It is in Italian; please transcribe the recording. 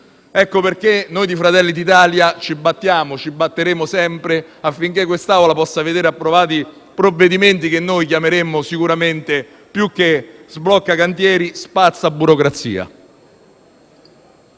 Ecco perché noi di Fratelli d'Italia ci battiamo e ci batteremo sempre affinché quest'Assemblea possa vedere approvati provvedimenti che noi chiameremmo, più che sblocca cantieri, spazza burocrazia.